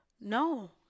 No